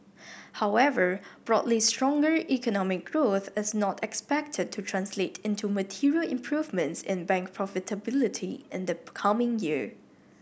however broadly stronger economic growth is not expected to translate into material improvements in bank profitability in the coming year